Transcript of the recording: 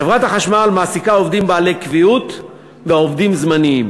חברת החשמל מעסיקה עובדים בעלי קביעות ועובדים זמניים,